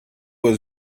was